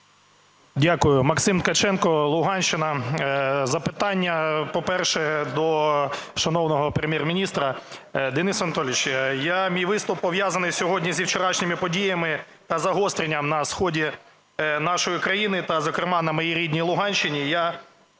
Дякую. Максим Ткаченко, Луганщина. Запитання, по-перше, до шановного Прем'єр-міністра. Денис Анатолійович, мій виступ пов'язаний сьогодні зі вчорашніми подіями та загостренням на сході нашої країни, та зокрема на моїй рідній Луганщині.